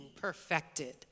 perfected